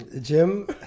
Jim